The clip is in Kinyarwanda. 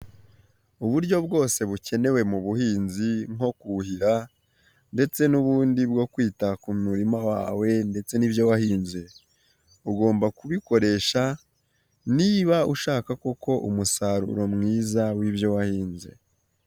Uburyo bwose bukenewe mu buhinzi nko kuhira ndetse n'ubundi bwo kwita ku murima wawe ndetse n'ibyo wahinze, ugomba kubikoresha niba ushaka koko umusaruro mwiza wi'byo wahinze.